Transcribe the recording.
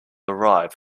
arrive